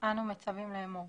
אנו מצווים לאמור: